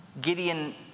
Gideon